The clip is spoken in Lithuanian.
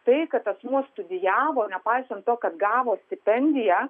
tai kad asmuo studijavo nepaisant to kad gavo stipendiją